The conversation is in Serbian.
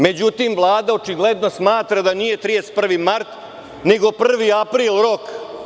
Međutim, Vlada očigledno smatra da nije 31. mart, nego 1. april rok.